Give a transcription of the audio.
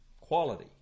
quality